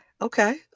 Okay